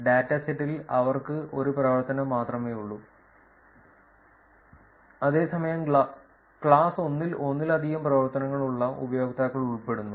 ഡാറ്റാസെറ്റിൽ അവർക്ക് ഒരു പ്രവർത്തനം മാത്രമേയുള്ളൂ അതേസമയം ക്ലാസ് 1 ൽ ഒന്നിലധികം പ്രവർത്തനങ്ങളുള്ള ഉപയോക്താക്കൾ ഉൾപ്പെടുന്നു